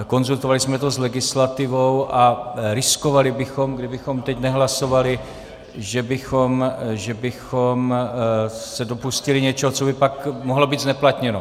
Konzultovali jsme to s legislativou a riskovali bychom, kdybychom teď nehlasovali, že bychom se dopustili něčeho, co by pak mohlo být zneplatněno.